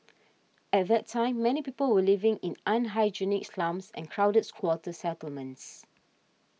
at that time many people were living in unhygienic slums and crowded squatter settlements